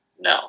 No